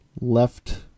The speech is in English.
left